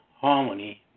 harmony